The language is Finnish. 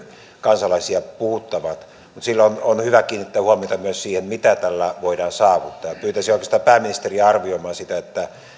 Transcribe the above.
kansalaisia puhuttavat mutta silloin on hyvä kiinnittää huomiota myös siihen mitä tällä voidaan saavuttaa pyytäisin oikeastaan pääministeriä arvioimaan sitä